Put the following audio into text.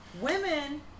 women